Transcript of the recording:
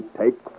take